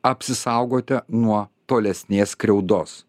apsisaugote nuo tolesnės skriaudos